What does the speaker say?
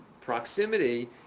proximity